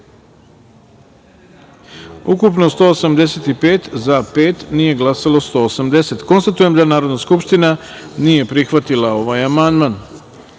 ukupno – 186, za – šest, nije glasalo 180.Konstatujem da Narodna skupština nije prihvatila ovaj amandman. Na